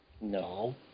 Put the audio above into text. No